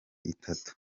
itatu